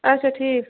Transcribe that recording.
آچھا ٹھیٖک